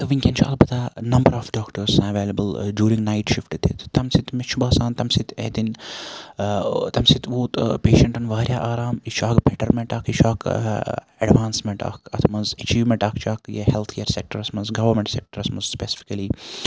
وٕنکٮ۪ن چھُ اَلبَتہ نَمبَر آف ڈاکٹرس آسان ایویلیبٕل جوٗرِنٛگ نایِٹ شِفٹ تہِ تمہِ سۭتۍ مےٚ چھُ باسان تمہِ سۭتۍ ہیٚتِنۍ تمہِ سۭتۍ ووت پیشَنٹَن واریاہ آرام یہِ چھُ اکھ بیٹَرمیٚنٹ اکھ یہِ چھُ اکھ ایٚڈوانسمیٚنٹ اکھ اتھ مَنٛز ایٚچیٖومیٚنٹ اکھ چھُ اکھ یہِ ہیٚلتھ کیر سیٚکٹَرَس مَنٛز گَوَمیٚنٹ سیٚکٹَرَس مَنٛز سپیٚسِفِکَلی